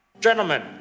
Gentlemen